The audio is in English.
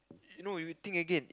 you know you think again